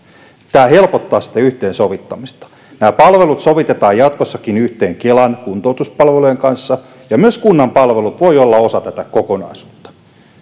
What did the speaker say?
tämä helpottaa sitä yhteensovittamista nämä palvelut sovitetaan jatkossakin yhteen kelan kuntoutuspalvelujen kanssa ja myös kunnan palvelut voivat olla osa tätä kokonaisuutta